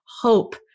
hope